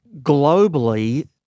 globally